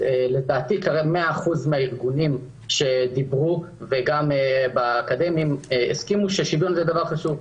100% מהארגונים שדברו הסכימו על כך.